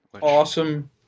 Awesome